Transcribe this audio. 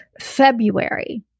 February